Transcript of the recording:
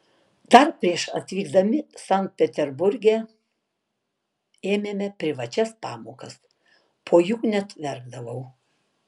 dar prieš atvykdami sankt peterburge ėmėme privačias pamokas po jų net verkdavau